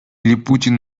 липутин